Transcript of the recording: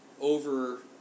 over